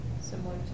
Similar